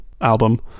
Album